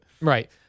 Right